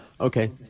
Okay